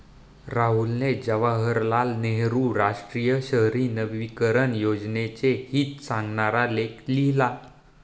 राहुलने जवाहरलाल नेहरू राष्ट्रीय शहरी नवीकरण योजनेचे हित सांगणारा लेख लिहिला